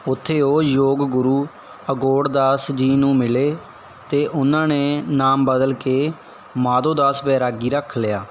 ਉੱਥੇ ਉਹ ਯੋਗ ਗੁਰੂ ਅਗੋੜ ਦਾਸ ਜੀ ਨੂੰ ਮਿਲੇ ਅਤੇ ਉਹਨਾਂ ਨੇ ਨਾਮ ਬਦਲ ਕੇ ਮਾਧੋਦਾਸ ਵੈਰਾਗੀ ਰੱਖ ਲਿਆ